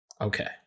Okay